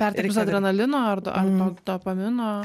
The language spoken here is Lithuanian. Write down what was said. perteklius adrenalino ar to ar to dopamino